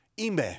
Ime